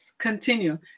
continue